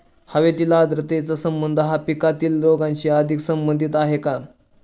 हवेतील आर्द्रतेचा संबंध हा पिकातील रोगांशी अधिक संबंधित आहे का?